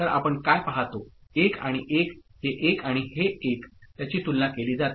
तर आपण काय पाहतो 1 आणि 1 हे 1 आणि हे 1 त्याची तुलना केली जाते